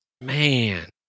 Man